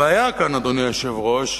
הבעיה כאן, אדוני היושב-ראש,